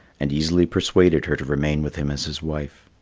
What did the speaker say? and easily persuaded her to remain with him as his wife.